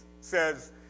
says